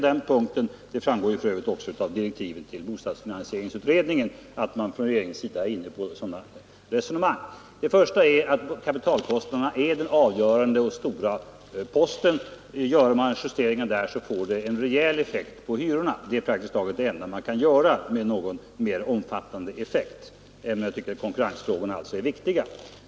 Det första skälet är att kapitalkostnaderna är den avgörande posten för hyrorna. Gör man justeringar där får det en rejäl effekt på hyrorna. Det är nog det enda sättet om man vill uppnå någon mer omfattande effekt, även om jag som sagt tycker att konkurrensfrågorna är viktiga.